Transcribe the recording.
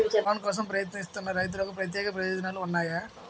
Loan కోసం ప్రయత్నిస్తున్న రైతులకు ప్రత్యేక ప్రయోజనాలు ఉన్నాయా?